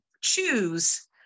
choose